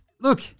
Look